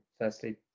firstly